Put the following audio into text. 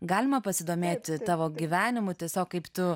galima pasidomėti tavo gyvenimu tiesiog kaip tu